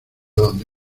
donde